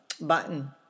button